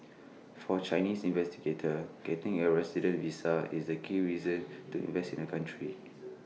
for Chinese investigator getting A resident visa is the key reason to invest in the country